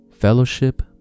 Fellowship